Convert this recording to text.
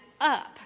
up